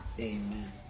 Amen